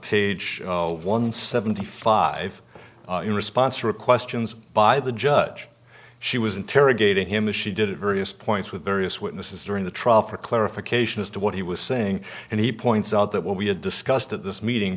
page one seventy five in response to a question by the judge she was interrogating him a she did it various points with various witnesses during the trial for clarification as to what he was saying and he points out that what we had discussed at this meeting